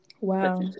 Wow